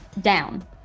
down